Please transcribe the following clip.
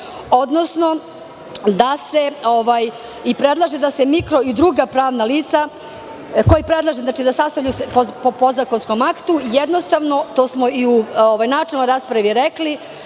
član 22. briše, i predlaže da se mikro i druga pravna lica, koji predlaže da se sastavljaju po podzakonskom aktu. Jednostavno to smo i u načelnoj raspravi rekli,